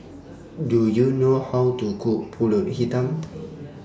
Do YOU know How to Cook Pulut Hitam